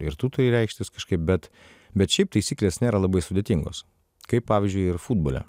ir tu turi reikštis kažkaip bet bet šiaip taisyklės nėra labai sudėtingos kaip pavyzdžiui ir futbole